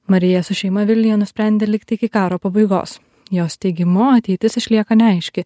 marija su šeima vilniuje nusprendė likti iki karo pabaigos jos teigimu ateitis išlieka neaiški